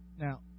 Now